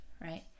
Right